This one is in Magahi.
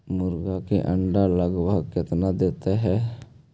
मुर्गी के अंडे लगभग कितना देता है?